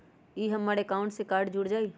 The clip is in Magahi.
ई हमर अकाउंट से कार्ड जुर जाई?